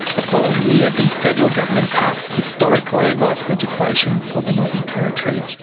the following year the federal government passed historic land rights legislation for the northern territory.